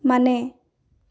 ಮನೆ